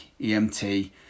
EMT